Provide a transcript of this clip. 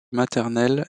maternelle